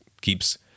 keeps